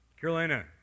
Carolina